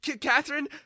catherine